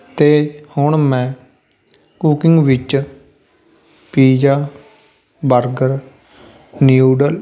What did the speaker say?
ਅਤੇ ਹੁਣ ਮੈਂ ਕੁਕਿੰਗ ਵਿੱਚ ਪੀਜਾ ਬਰਗਰ ਨਿਊਡਲ